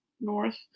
north